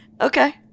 Okay